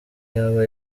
yaba